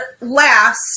last